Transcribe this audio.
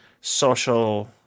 social